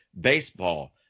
Baseball